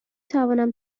توانم